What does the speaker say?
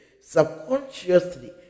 Subconsciously